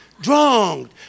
Drunk